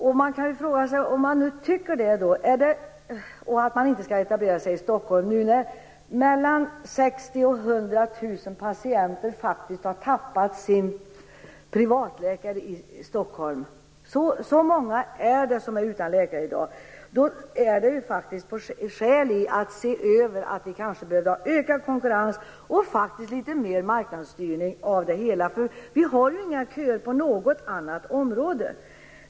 Om man nu tycker det och att det inte skall ske etableringar i Stockholm, där 60 000-100 000 patienter faktiskt har förlorat sina privatläkare - så många är det som är utan läkare i Stockholm i dag - kan man fråga sig om det inte finns skäl att se över behovet av ökad konkurrens och litet mer marknadsstyrning av det hela. Det är ju inga köer på något annat område.